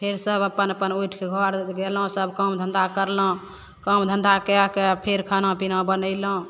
फेर सब अपन अपन उठिके घर गेलहुँ सब काम धन्धा करलहुँ काम धन्धा कएके फेर खाना पीना बनेलहुँ